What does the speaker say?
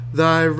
thy